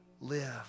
live